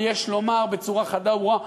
ויש לומר בצורה חדה וברורה: